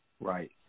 Right